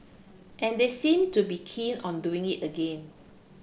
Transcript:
and they seem to be keen on doing it again